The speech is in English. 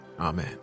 amen